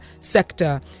sector